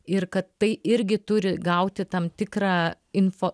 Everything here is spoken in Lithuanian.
ir kad tai irgi turi gauti tam tikrą info